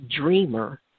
dreamer